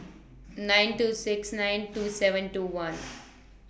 nine two six nine two seven two one